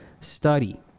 study